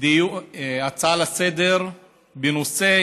הצעה לסדר-היום בנושא